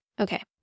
okay